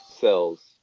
cells